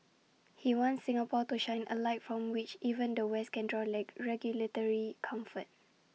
he wants Singapore to shine A light from which even the west can draw leg regulatory comfort